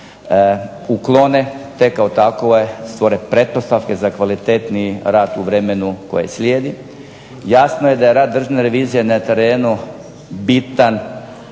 uklone te takove stvore pretpostavke za kvalitetniji rad u vremenu koji slijedi. Jasno je da je rad Državne revizije ne terenu bitan